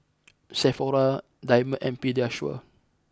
Sephora Diamond and Pediasure